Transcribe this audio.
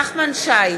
נחמן שי,